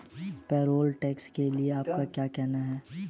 Payroll tax के लिए आपका क्या कहना है?